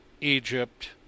Egypt